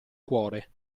cuore